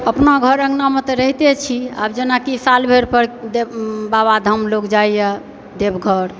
आपने घर अङ्गनामे तऽ रहिते छी आब जेनाकि साल भरि पर बाबाधाम लोग जाइए देवघर